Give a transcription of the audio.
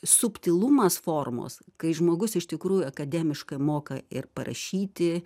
subtilumas formos kai žmogus iš tikrųjų akademiškai moka ir parašyti